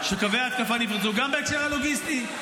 -- שקווי ההתקפה נפרצו, גם בהקשר הלוגיסטי.